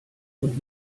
und